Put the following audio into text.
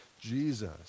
Jesus